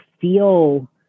feel